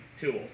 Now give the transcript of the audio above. tool